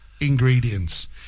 ingredients